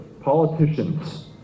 politicians